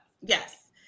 yes